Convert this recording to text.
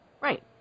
Right